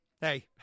Hey